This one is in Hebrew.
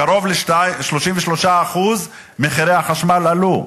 על קרוב ל-33% שמחירי החשמל עלו,